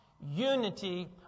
Unity